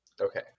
Okay